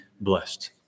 blessed